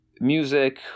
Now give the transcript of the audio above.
music